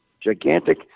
gigantic